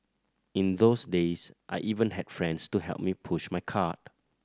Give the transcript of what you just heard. in those days I even had friends to help me push my cart